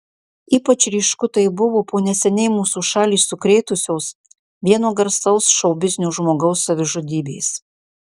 ypač ryšku tai buvo po neseniai mūsų šalį sukrėtusios vieno garsaus šou biznio žmogaus savižudybės